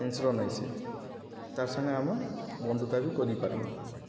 ହିଂସ୍ର ନାଇସେ ତାର୍ ସାଙ୍ଗେ ଆମେ ବନ୍ଧୁତା ବି କରିପାର୍ମା